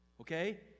Okay